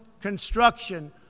construction